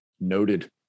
Noted